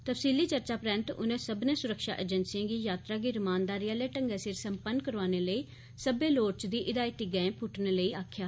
तफसीली चर्चा परैंत उनें सब्बने सुरक्षा एजेंसिएं गी यात्रा गी रमानदारी आले ढंगै सिर संपन्न करोआने लेई सब्बै लोड़चदी हिदायती गैंई पुट्टने लेई आक्खेआ